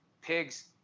pigs